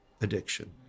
addiction